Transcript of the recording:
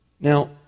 Now